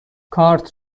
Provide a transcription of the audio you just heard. کارت